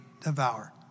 devour